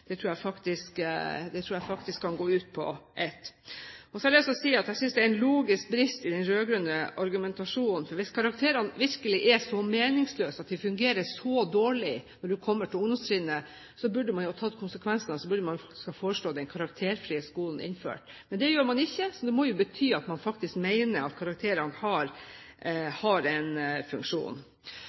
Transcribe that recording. tror jeg faktisk kan gå ut på ett. Så har jeg lyst til å si at jeg synes det er en logisk brist i den rød-grønne argumentasjonen, for hvis karakterene virkelig er så meningsløse, at de fungerer så dårlig når du kommer til ungdomstrinnet, så burde man tatt konsekvensen av det og faktisk foreslått den karakterfrie skolen innført. Men det gjør man ikke, så det må bety at man faktisk mener at karakterene har en funksjon.